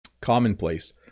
Commonplace